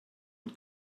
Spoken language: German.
und